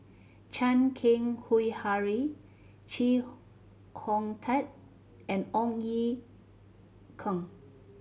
Chan Keng Howe Harry Chee Hong Tat and Ong Ye Kung